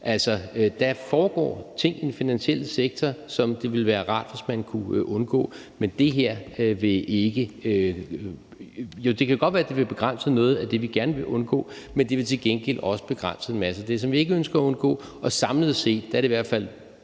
Der foregår ting i den finansielle sektor, som det ville være rart hvis man kunne undgå. Det kan godt være, at det ville begrænse noget af det, vi gerne vil undgå, men det ville til gengæld også begrænse en masse af det, som vi ikke ønsker at undgå. Det er i hvert fald